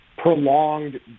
prolonged